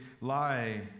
lie